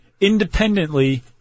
independently